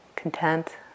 Content